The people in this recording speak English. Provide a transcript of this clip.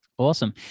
Awesome